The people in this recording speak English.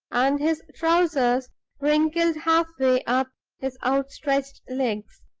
and his trousers wrinkled half way up his outstretched legs.